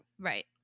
right